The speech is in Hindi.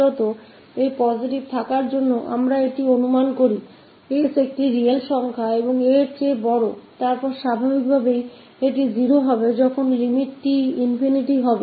तो इसे पॉजिटिव होने क लिए हम एक कल्पना करते है की s रियल और a से बड़ा है तब स्वाभाविक यह 0 को जाएगा जब लिमिट t ∞ को जाएगा